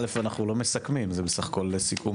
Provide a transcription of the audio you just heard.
א' אנחנו לא מסכמים, זה בסך הכול סיכום